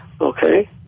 okay